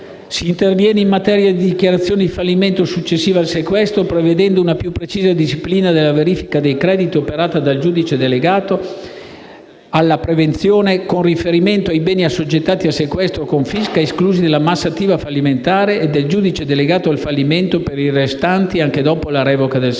Si interviene in materia di dichiarazione di fallimento successiva al sequestro prevedendo una più precisa disciplina della verifica dei crediti operata dal giudice delegato alla prevenzione con riferimento ai beni assoggettati a sequestro o confisca, esclusi dalla massa attiva fallimentare, e dal giudice delegato al fallimento per i restanti anche dopo la revoca del sequestro.